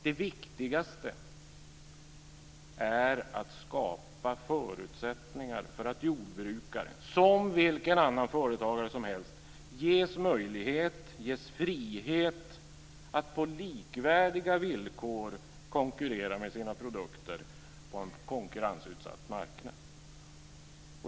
Det viktigaste är att skapa förutsättningar för att jordbrukare, som vilken annan företagare som helst, ges möjlighet och frihet att på likvärdiga villkor konkurrera med sina produkter på en konkurrensutsatt marknad.